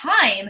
time